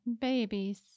babies